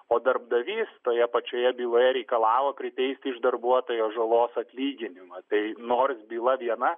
o darbdavys toje pačioje byloje reikalavo priteisti iš darbuotojo žalos atlyginimą tai nors byla viena